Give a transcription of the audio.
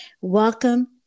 Welcome